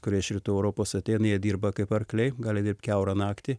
kurie iš rytų europos ateina jie dirba kaip arkliai gali dirbt kiaurą naktį